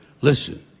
Listen